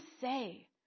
say